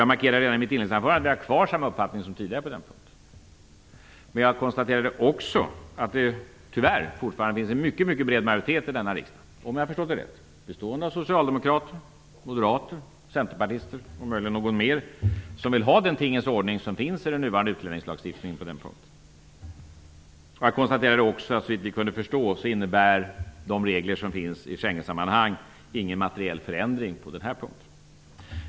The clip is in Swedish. Jag markerade också i mitt inledningsanförande att jag har samma uppfattning som tidigare på den punkten. Jag konstaterade även att det, tyvärr, fortfarande finns en mycket bred majoritet i denna riksdag, om jag förstått detta rätt, bestående av socialdemokrater, moderater, centerpartister och möjligen några fler som vill ha den tingens ordning som finns i den nuvarande utlänningslagstiftningen på den punkten. Jag konstaterade också att såvitt vi kunde förstå innebär de regler som finns i Schengensammanhang ingen materiell förändring på den här punkten.